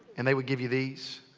and they would give you these?